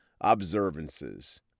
observances